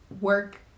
work